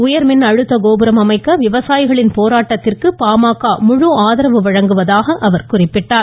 உயர்மின் அழுத்த கோபுரம் அமைக்க விவசாயிகளின் போராட்டத்திற்கு பாமக முழு ஆதரவு வழங்குவதாக அவர் குறிப்பிட்டார்